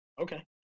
okay